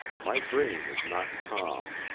my brain is not calm,